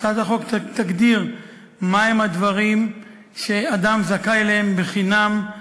הצעת החוק תגדיר מה הם הדברים שאדם זכאי להם בחינם,